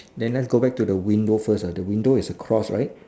then let's go back to the window first ah the window is a cross right